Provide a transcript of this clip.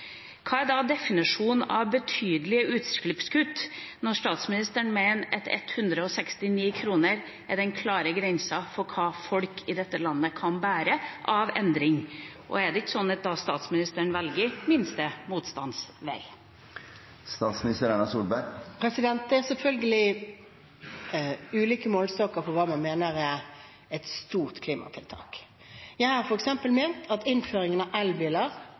Hva er da definisjonen av «betydelige utslippskutt», når statsministeren mener at 169 kr er den klare grensa for hva folk i dette landet kan bære av endring? Er det ikke sånn at statsministeren da velger minste motstands vei? Det er selvfølgelig ulike målestokker for hva man mener er et stort klimatiltak. Jeg har f.eks. ment at innføringen av elbiler